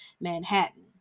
Manhattan